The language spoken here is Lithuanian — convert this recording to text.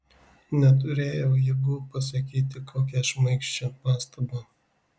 neturėjau jėgų pasakyti kokią šmaikščią pastabą